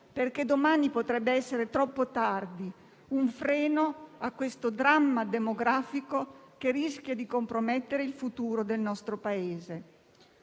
perché domani potrebbe essere troppo tardi, un freno a questo dramma demografico che rischia di compromettere il futuro del nostro Paese.